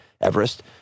Everest